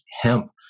hemp